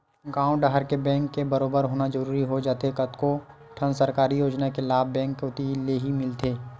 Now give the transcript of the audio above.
गॉंव डहर के बेंक के बरोबर होना जरूरी हो जाथे कतको ठन सरकारी योजना के लाभ बेंक कोती लेही मिलथे